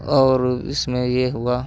और इसमें यह हुआ